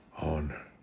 on